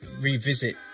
revisit